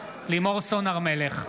נגד לימור סון הר מלך,